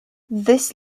this